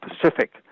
Pacific